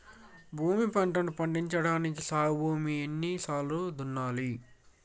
ఒక పంటని పండించడానికి సాగు భూమిని ఎన్ని సార్లు దున్నాలి?